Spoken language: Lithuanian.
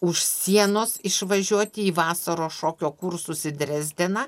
už sienos išvažiuoti į vasaros šokio kursus į drezdeną